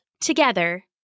together